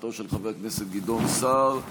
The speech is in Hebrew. הצעתו של חבר הכנסת גדעון סער,